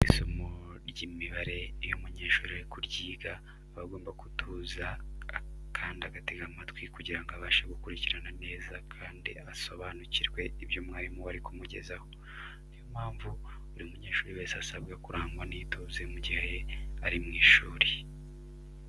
Isomo ry'imibara iyo umunyeshuri ari kuryiga aba agomba gutuza kandi agatega amatwi kugira ngo abashe gukurikira neza kandi asobanukirwe ibyo umwarimu we ari kumugezaho. Ni yo mpamvu buri munyeshuri wese asabwa kurangwa n'ituze mu gihe ari mu ishuri.